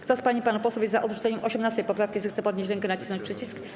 Kto z pań i panów posłów jest za odrzuceniem 18. poprawki, zechce podnieść rękę i nacisnąć przycisk.